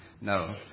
No